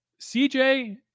CJ